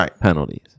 penalties